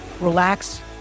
relax